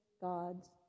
God's